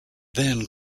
then